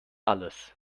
alles